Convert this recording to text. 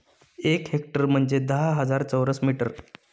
एक हेक्टर म्हणजे दहा हजार चौरस मीटर